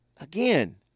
Again